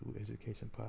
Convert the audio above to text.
Education